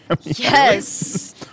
yes